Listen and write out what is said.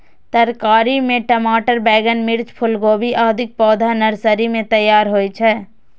तरकारी मे टमाटर, बैंगन, मिर्च, फूलगोभी, आदिक पौधा नर्सरी मे तैयार होइ छै